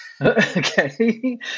Okay